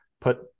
put